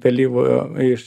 vėlyvojo iš